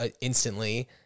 instantly